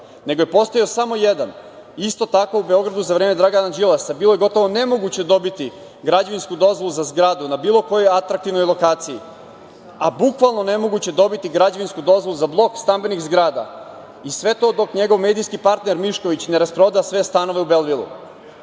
nego je postojao samo jedan. Isto tako za vreme Dragana Đilasa, bilo je gotovo nemoguće dobiti građevinsku dozvolu za zgradu na bilo kojoj atraktivnoj lokaciji, a bukvalno nemoguće dobiti građevinsku dozvolu za blok stambenih zgrada i sve to dok njegov medijski partner Mišković ne rasproda sve stanove u „Belvilu“.